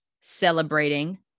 celebrating